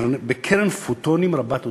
בקרן פרוטונים רבת עוצמה.